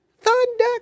Thunder